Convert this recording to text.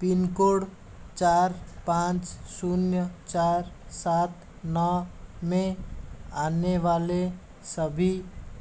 pin code चार पाँच शून्य चार सात नौ में आने वाले सभी